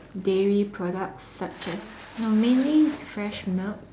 dairy products such as no mainly fresh milk